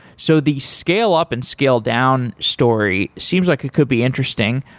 so the scale up and scale down story seems like it could be interesting.